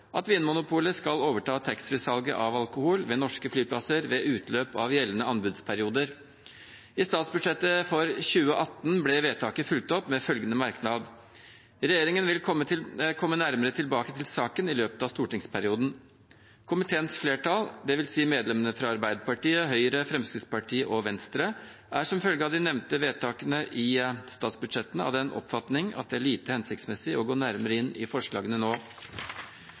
at Vinmonopolet skal overta taxfree-salget av alkohol ved norske flyplasser ved utløp av gjeldende anbudsperioder.» I statsbudsjettet for 2018 ble vedtaket fulgt opp med følgende merknad: «Regjeringen vil komme nærmere tilbake til saken i løpet av stortingsperioden.» Komiteens flertall, dvs. medlemmene fra Arbeiderpartiet, Høyre, Fremskrittspartiet og Venstre, er som følge av de nevnte vedtakene i statsbudsjettene av den oppfatning at det er lite hensiktsmessig å gå nærmere inn i forslagene nå.